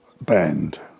band